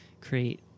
create